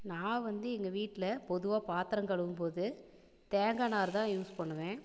நான் வந்து எங்கள் வீட்டில் பொதுவாக பாத்திரம் கழுவும்போது தேங்காய் நார்தான் யூஸ் பண்ணுவேன்